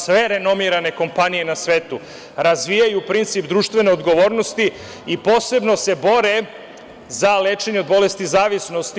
Sve renomirane kompanije na svetu razvijaju princip društvene odgovornosti i posebno se bore za lečenje od bolesti zavisnosti.